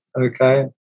Okay